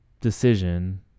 decision